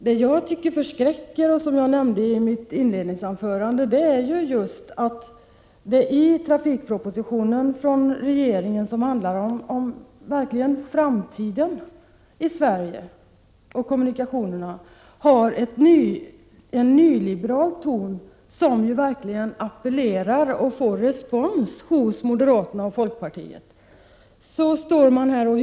Det som förskräcker är just — som jag sade i mitt första anförande — att det i trafikpropositionen, som handlar om framtidens kommunikationer i Sverige, finns en nyliberal ton som verkligen appellerar till och får respons hos moderata samlingspartiet och folkpartiet.